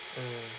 mm